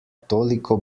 toliko